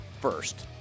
first